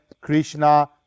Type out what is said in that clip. Krishna